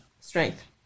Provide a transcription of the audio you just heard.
Strength